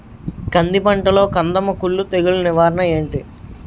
కంది పంటలో కందము కుల్లు తెగులు నివారణ ఏంటి?